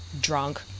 drunk